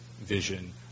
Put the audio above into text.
vision